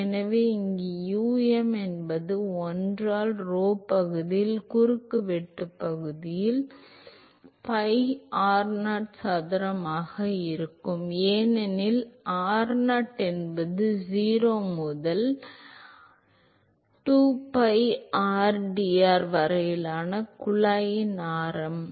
எனவே இங்கு u m என்பது 1 ஆல் rho பகுதியின் குறுக்குவெட்டுப் பகுதி pi r0 சதுரமாக இருக்கும் ஏனெனில் r0 என்பது 0 முதல் r rho u 2 pi rdr வரையிலான குழாயின் ஆரம் ஆகும்